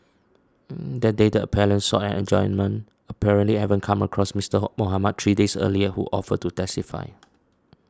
that day the appellant sought an adjournment apparently having come across Mister Mohamed three days earlier who offered to testify